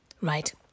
right